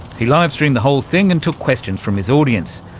he live-streamed the whole thing and took questions from his audience.